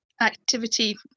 activity